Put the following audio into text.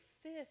fifth